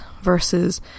versus